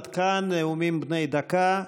עד כאן נאומים בני דקה.